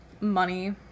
money